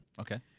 Okay